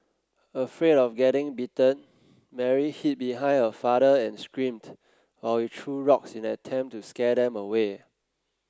afraid of getting bitten Mary hid behind her father and screamed while he threw rocks in an attempt to scare them away